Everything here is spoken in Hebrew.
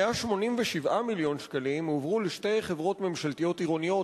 187 מיליון שקלים הועברו לשתי חברות ממשלתיות עירוניות,